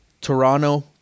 Toronto